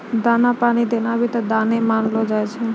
दाना पानी देना भी त दाने मानलो जाय छै